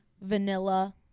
vanilla